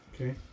Okay